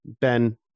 Ben